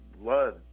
blood